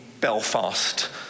Belfast